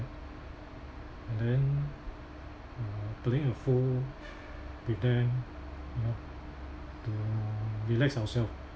and then uh playing a fool with them you know to relax ourself